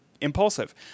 impulsive